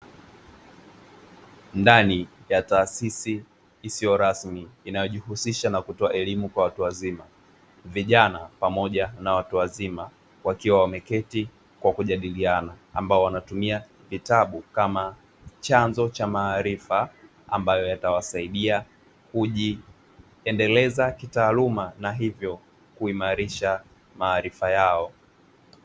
Ndani ya taasisi isiyorasmi, inayojihusisha na kutoa elimu kwa watu wazima, vijana pamoja na watu wazima wakiwa wameketi kwa kujadiliana ambao wanatumia vitabu kama chanzo cha maarifa, ambayo yatawasaidia kujiendeleza kitaaluma na hivyo kuimarisha maarifa yao.